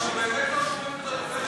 אנחנו באמת לא שומעים את הדובר,